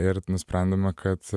ir nusprendėme kad